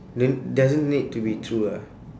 don't doesn't need to be true ah